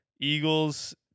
Eagles